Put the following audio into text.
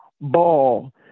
ball